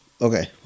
Okay